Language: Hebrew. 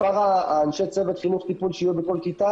מספר אנשי צוות חינוך טיפול שיהיו בכל כיתה